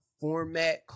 format